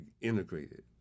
integrated